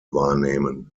wahrnehmen